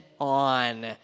on